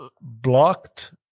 blocked